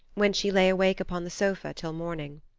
when she lay awake upon the sofa till morning.